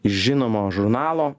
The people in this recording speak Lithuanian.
iš žinomo žurnalo